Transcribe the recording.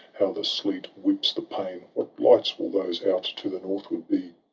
how the sleet whips the pane! what lights will those out to the northward be?